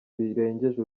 birengeje